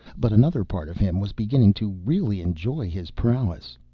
but another part of him was beginning to really enjoy his prowess.